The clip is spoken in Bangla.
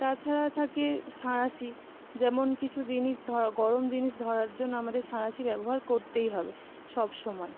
তাছাড়া থাকে সাঁড়াশি যেমন কিছু জিনিস ধরা গরম জিনিস ধরার জন্য আমাদের সাঁড়াশি ব্যবহার করতেই হবে সবসময়